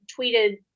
tweeted